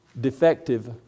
defective